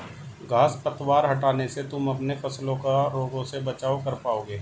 घांस पतवार हटाने से तुम अपने फसलों का रोगों से बचाव कर पाओगे